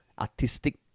artistic